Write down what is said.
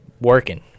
working